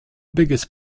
biggest